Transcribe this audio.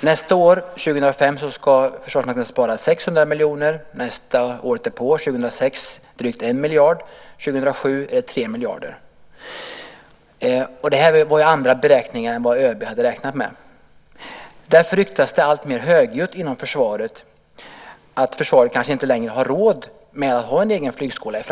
Nästa år, 2005, ska Försvarsmakten spara 600 miljoner, året därpå, 2006, drygt 1 miljard, och 3 miljarder 2007. Det här bygger på andra beräkningar än vad ÖB hade utgått från. Därför ryktas det alltmer högljutt inom försvaret om att Försvarsmakten i framtiden kanske inte längre har råd med att ha en egen flygskola.